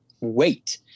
wait